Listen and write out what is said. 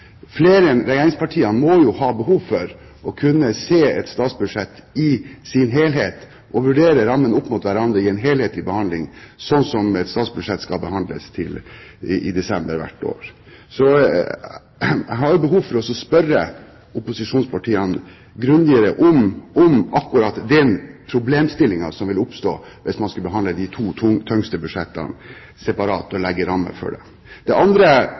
Flere enn regjeringspartiene må jo ha behov for å kunne se statsbudsjettet i sin helhet og vurdere rammene opp mot hverandre i en helhetlig behandling, slik som et statsbudsjett skal behandles tidlig i desember hvert år. Så jeg har behov for å spørre opposisjonspartiene nærmere om akkurat den problemstillingen som vil oppstå hvis man skal behandle de to tyngste budsjettene separat og legge rammer for det. Den andre